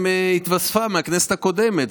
התווספה מהכנסת הקודמת.